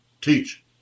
teach